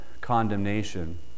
condemnation